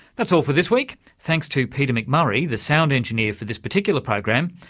that's all for this week. thanks to peter mcmurray, the sound engineer for this particular program,